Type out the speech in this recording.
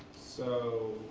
so